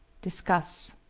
discuss.